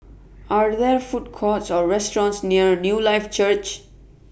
Are There Food Courts Or restaurants near Newlife Church